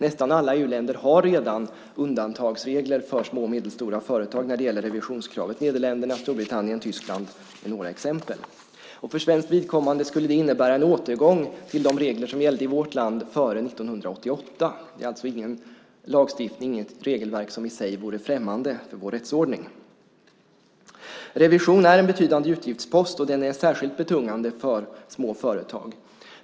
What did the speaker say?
Nästan alla EU-länder har redan undantagsregler för små och medelstora företag när det gäller revisionskravet. Nederländerna, Storbritannien och Tyskland är några exempel. För svenskt vidkommande skulle det innebära en återgång till de regler som gällde i vårt land före 1988. Det är alltså inget regelverk som i sig vore främmande för vår rättsordning. Revision är en betydande utgiftspost, och den är särskilt betungande för små företag.